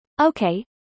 Okay